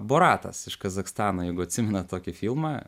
boratas iš kazachstano jeigu atsimenat tokį filmą